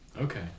Okay